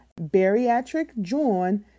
bariatricjohn